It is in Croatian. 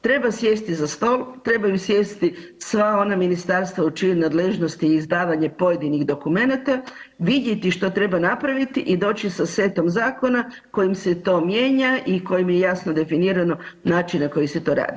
Treba sjesti za stol, trebaju sjesti sva ona ministarstva u čijoj nadležnosti je izdavanje pojedinih dokumenata, vidjeti što treba napraviti i doći sa setom zakona kojim se to mijenja i kojim je jasno definirano način na koji se to radi.